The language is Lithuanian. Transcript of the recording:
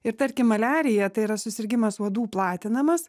ir tarkim maliarija tai yra susirgimas uodų platinamas